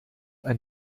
ein